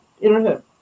internet